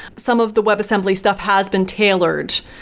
some of the web assembly stuff has been tailored,